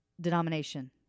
denomination